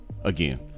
again